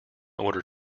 order